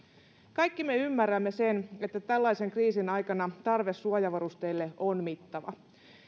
kaikki me ymmärrämme sen että tällaisen kriisin aikana tarve suojavarusteille on mittava